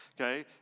Okay